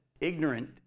ignorant